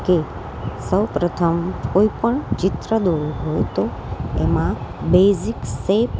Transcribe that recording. કે સૌપ્રથમ કોઈ પણ ચિત્ર દોરવું હોય તો એમાં બેઝિક સેપ